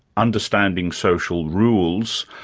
understanding social rules,